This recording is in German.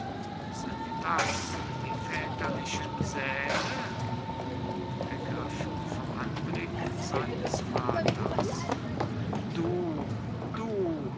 sind das die väterlichen säle ergriffen vom anblick seines vaters du du